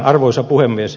arvoisa puhemies